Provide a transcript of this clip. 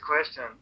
question